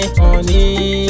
honey